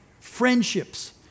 friendships